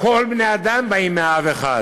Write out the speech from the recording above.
כל בני-האדם באים מעם אחד,